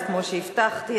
כמו שהבטחתי,